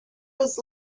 was